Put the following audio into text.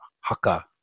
haka